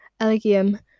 Elegium